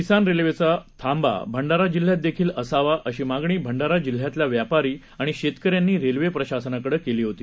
किसान रेल्वेचा थांबा भंडारा जिल्ह्यात देखील असावा अशी मागणी भंडारा जिल्ह्यातल्या व्यापारी आणि शेतकऱ्यांनी रेल्वे प्रशासनाकडं केली होती